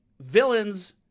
Villains